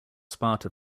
sparta